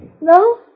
No